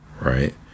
right